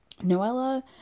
Noella